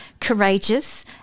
courageous